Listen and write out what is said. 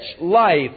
life